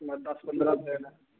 मतलब दस पंदरा दिन